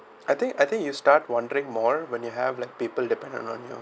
I think I think you start wondering more when you have like people dependent on you